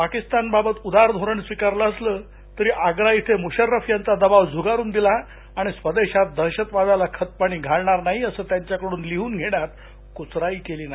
पाकिस्तानबाबत उदार धोरण स्वीकारलं असलं तरी आग्रा इथे मुशर्रफ यांचा दबाव झुगारून दिला आणि स्वदेशात दहशतवादाला खतपाणी घालणार नाही असं त्यांच्याकडून लिहून घेण्यात कुचराई केली नाही